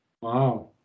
Wow